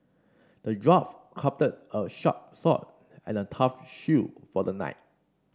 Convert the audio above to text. the dwarf crafted a sharp sword and a tough shield for the knight